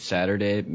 Saturday